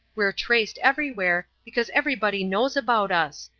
we're traced everywhere, because everybody knows about us.